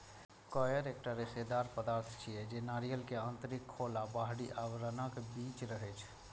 coir एकटा रेशेदार पदार्थ छियै, जे नारियल के आंतरिक खोल आ बाहरी आवरणक बीच रहै छै